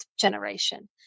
generation